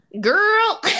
Girl